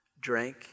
drank